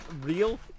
real